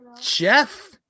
Jeff